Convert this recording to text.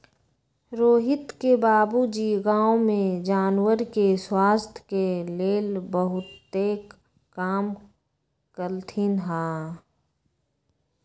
रोहित के बाबूजी गांव में जानवर के स्वास्थ के लेल बहुतेक काम कलथिन ह